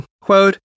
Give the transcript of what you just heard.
quote